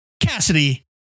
Cassidy